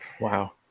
wow